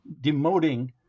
demoting